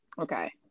okay